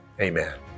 amen